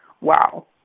Wow